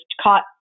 caught